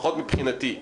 לפחות מבחינתי,